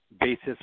basis